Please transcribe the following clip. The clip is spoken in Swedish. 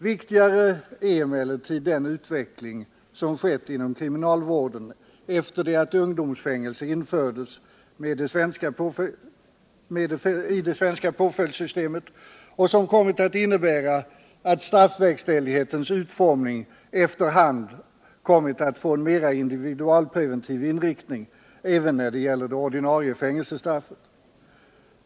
Viktigare är emellertid den utveckling som skett inom kriminalvården efter det att ungdomsfängelse infördes i det svenska påföljdssystemet och som kommit att innebära att straffverkställighetens utformning efter hand kommit att få en mera individualpreventiv inriktning även när det gäller det ordinära fängelsestraffet.